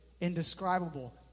indescribable